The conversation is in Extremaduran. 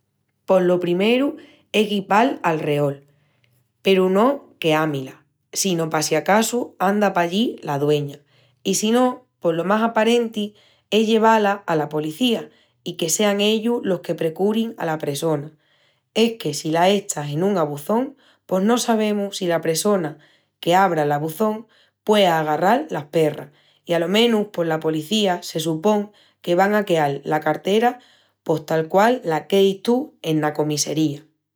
Pos lo primeru es guipal alreol, peru no quea-mi-la, sino pa si acasu anda pallí la dueña. I si no pos lo más aparenti es el llevá-la ala policía i que sean ellus los que precurin ala pressona. Es que si la echas en un abuçón pos no sabemus si la pressona qu'abra l'abuçón puea agarral las perras. I alo menus pos la polícía se supon que van a queal la cartera pos tal qual la queis tú ena comissería.